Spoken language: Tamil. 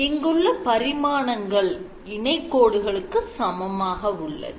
இங்குள்ள பரிமாணங்கள் இணை கோடுகளுக்கு சமமாக உள்ளது